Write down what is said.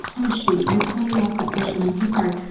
oh shoot, i totally lost that question, i'm so sorry.